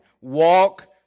Walk